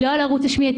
היא לא על ערוץ שמיעתי,